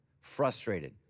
frustrated